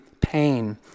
pain